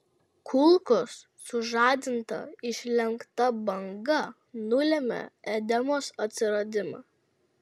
kulkos sužadinta išlenkta banga nulėmė edemos atsiradimą